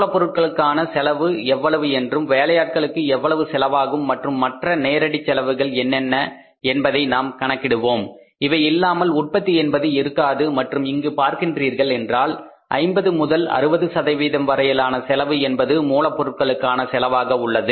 மூலப் பொருட்களுக்கான செலவு எவ்வளவு என்றும் வேலையாட்களுக்கு எவ்வளவு செலவாகும் மற்றும் மற்ற நேரடி செலவுகள் என்னென்ன என்பதை நாம் கணக்கிடுவோம் இவை இல்லாமல் உற்பத்தி என்பது இருக்காது மற்றும் இங்கு பார்க்கின்றீர்கள் என்றால் 50 முதல் 60 சதவீதம் வரையிலான செலவு என்பது மூலப் பொருட்களுக்கான செலவாக உள்ளது